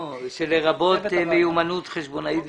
שלרבות מיומנות חשבונאית ופיננסית,